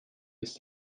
ist